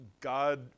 God